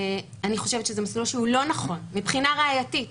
אני חושבת שזה מסלול שהוא לא נכון מבחינה ראייתית,